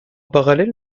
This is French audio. parallèle